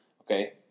Okay